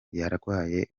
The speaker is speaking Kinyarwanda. yarwaye